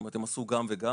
כלומר, הם עשו גם וגם.